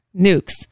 nukes